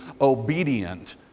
obedient